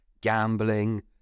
gambling